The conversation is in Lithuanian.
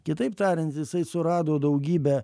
kitaip tariant jisai surado daugybę